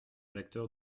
acteurs